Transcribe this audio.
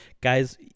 Guys